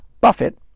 Buffett